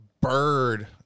bird